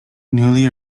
newly